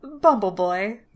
Bumbleboy